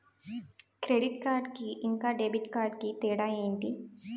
Credit card కి ఇంకా debit card కి తేడా ఏంటి?